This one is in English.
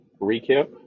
Recap